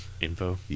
Info